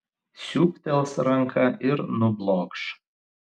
siūbtels ranka ir nublokš